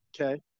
Okay